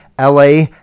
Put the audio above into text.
LA